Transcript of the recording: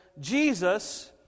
Jesus